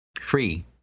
Free